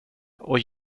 och